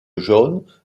jaune